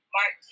Mark